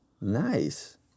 nice